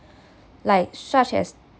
like such as